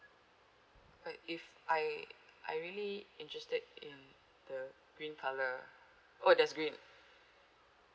but if I I really interested in the green colour oh there's green